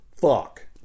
fuck